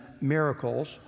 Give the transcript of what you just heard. miracles